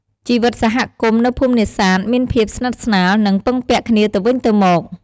ជីវិតសហគមន៍ នៅភូមិនេសាទមានភាព ស្និទ្ធស្នាល និងពឹងពាក់គ្នាទៅវិញទៅមក។